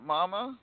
Mama